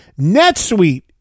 NetSuite